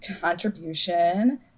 contribution